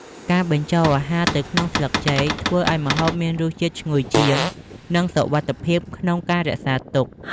ការបញ្ចុលអាហារទៅក្នុងស្លឹកចេកធ្វើឱ្យម្ហូបមានរសជាតិឈ្ងុយជាង និងសុវត្ថិភាពក្នុងការរក្សាទុក។